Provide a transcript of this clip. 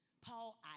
Paul